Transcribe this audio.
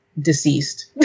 deceased